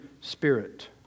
spirit